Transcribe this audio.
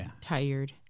tired